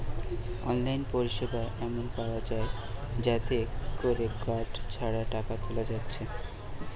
online পরিসেবা এমন পায়া যায় যাতে কোরে কার্ড ছাড়া টাকা তুলা যাচ্ছে